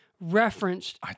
referenced